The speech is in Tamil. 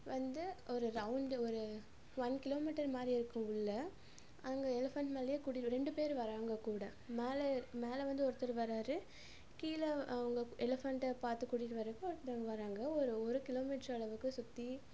வந்து ஒரு ரௌண்டு ஒரு ஒன் கிலோமீட்டர் மாதிரி இருக்கும் உள்ளே அங்கே எலஃபேண்ட் மேலேயே கூட்டிகிட்டு ரெண்டு பேர் வர்றாங்க கூட மேலே மேலே வந்து ஒருத்தர் வர்றாரு கீழே அவங்க எலஃபேண்டை பார்த்து கூட்டிகிட்டு வரதுக்கு ஒருத்தவங்க வர்றாங்க ஒரு ஒரு ஒரு கிலோமீட்டர் அளவுக்கு சுற்றி